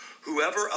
Whoever